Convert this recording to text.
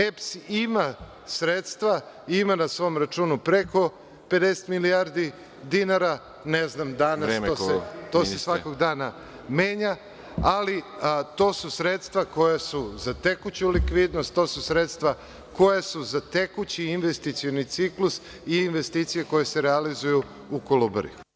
Elektroprivreda Srbije“ ima sredstva, ima na svom računu preko 50 milijardi dinara, ne znam danas, to se svakoga dana menja, ali to su sredstva koja su za tekuću likvidnost, to su sredstva koja su za tekući investicioni ciklus i investicije koje se realizuju u Kolubari.